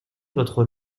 votre